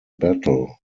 battle